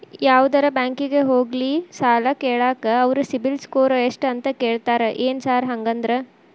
ಯಾವದರಾ ಬ್ಯಾಂಕಿಗೆ ಹೋಗ್ಲಿ ಸಾಲ ಕೇಳಾಕ ಅವ್ರ್ ಸಿಬಿಲ್ ಸ್ಕೋರ್ ಎಷ್ಟ ಅಂತಾ ಕೇಳ್ತಾರ ಏನ್ ಸಾರ್ ಹಂಗಂದ್ರ?